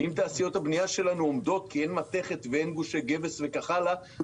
אם תעשיות הבנייה שלנו עומדות כי אין מתכת ואין גושי גבס וכך הלאה,